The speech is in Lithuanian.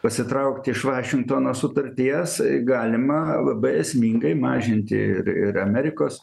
pasitraukt iš vašingtono sutarties galima labai esmingai mažinti ir ir amerikos